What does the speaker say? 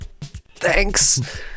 Thanks